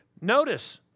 Notice